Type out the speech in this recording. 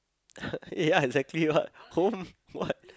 ya exactly what home what